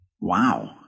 Wow